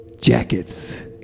Jackets